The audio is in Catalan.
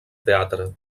teatre